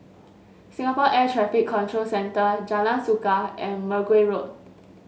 Singapore Air Traffic Control Centre Jalan Suka and Mergui Road